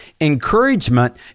Encouragement